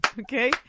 Okay